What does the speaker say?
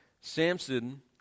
Samson